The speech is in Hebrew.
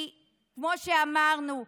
כי כמו שאמרנו,